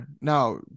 Now